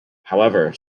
however